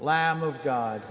lamb of god